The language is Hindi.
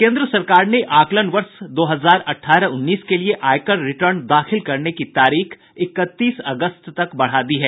केंद्र सरकार ने आकलन वर्ष दो हजार अठारह उन्नीस के लिए आयकर रिटर्न दाखिल करने की तारीख इकतीस अगस्त तक बढ़ा दी है